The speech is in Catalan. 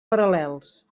paral·lels